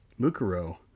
Mukuro